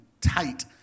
tight